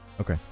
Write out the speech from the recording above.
Okay